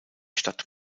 stadt